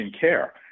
care